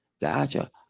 Gotcha